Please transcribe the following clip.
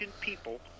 people